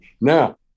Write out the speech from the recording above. now